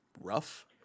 rough